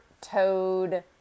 toad